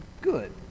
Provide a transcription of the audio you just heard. good